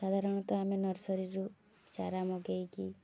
ସାଧାରଣତଃ ଆମେ ନର୍ସରୀରୁ ଚାରା ମଗେଇକି